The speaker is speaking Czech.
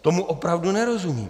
Tomu opravdu nerozumím.